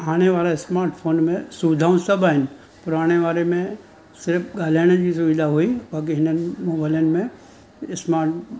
हाणे वारा स्माटफोन में सुविधाऊं सभु आहिनि पुराणे वारे में सिर्फ़ ॻाल्हाइण जी सुविधा हुई बाक़ी हिननि मोबाइल में स्माट